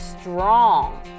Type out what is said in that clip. strong